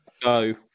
Go